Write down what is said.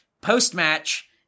Post-match